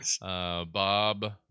bob